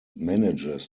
manages